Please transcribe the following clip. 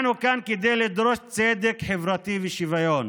אנחנו כאן כדי לדרוש צדק חברתי ושוויון,